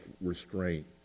restraint